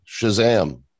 shazam